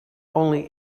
only